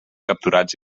capturats